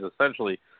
essentially